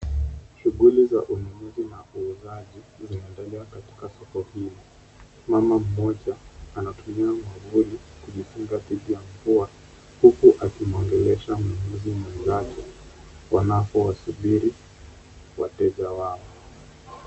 Shughuli za ununuzi na uuzaji zinaendelea katika soko hili. Mama mmoja anatumia mwavuli kujikinga dhidi ya mvua, huku akimuongelesha muuzi mwenzake wanapowasubiri wateja wao.